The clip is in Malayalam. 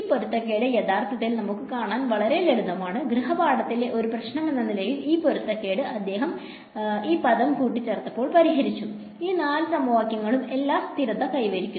ആ പൊരുത്തക്കേട് യഥാർത്ഥത്തിൽ നമുക്ക് കാണാൻ വളരെ ലളിതമാണ് ഗൃഹപാഠത്തിലെ ഒരു പ്രശ്നമെന്ന നിലയിൽ ഈ പൊരുത്തക്കേട് അദ്ദേഹം ഈ പദം കൂട്ടിച്ചേർത്തപ്പോൾ പരിഹരിച്ചു ഈ 4 സമവാക്യങ്ങളും എല്ലാം സ്ഥിരത കൈവരിക്കുന്നു